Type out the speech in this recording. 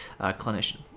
clinician